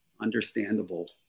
understandable